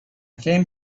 came